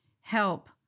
help